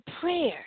prayer